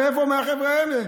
החבר'ה האלה.